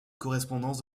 correspondance